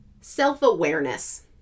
self-awareness